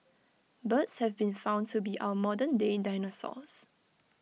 birds have been found to be our modern day dinosaurs